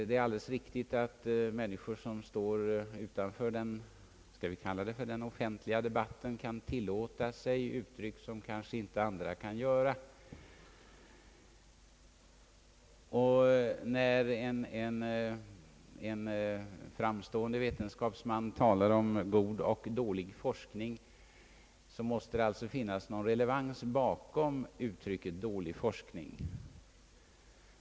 Det är alldeles riktigt att människor som står utanför den offentliga debatten — om vi skall kalla den så — kan tillåta sig uttryck som andra kanske inte kan göra. Och när en framstående vetenskapsman talar om god och dålig forskning, så måste det alltså finnas någon relevans bakom uttrycket »dålig forskning».